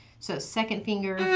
so second finger